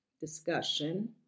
discussion